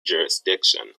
jurisdiction